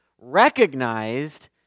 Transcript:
recognized